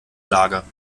lager